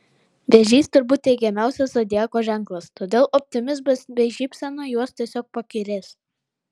vėžys turbūt teigiamiausias zodiako ženklas todėl optimizmas bei šypsena juos tiesiog pakerės